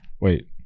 Wait